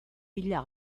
bila